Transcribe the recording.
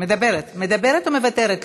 מדברת או מוותרת?